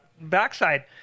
backside